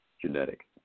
genetic